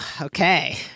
Okay